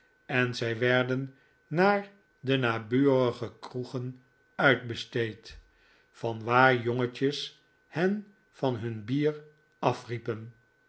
en zij werden naar de naburige kroegen uitbesteed vanwaar jongetjes hen van hun bier af riepen